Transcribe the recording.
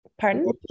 Pardon